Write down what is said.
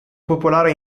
popolare